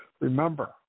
Remember